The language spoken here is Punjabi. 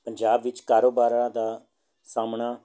ਪੰਜਾਬ ਵਿੱਚ ਕਾਰੋਬਾਰਾਂ ਦਾ ਸਾਹਮਣਾ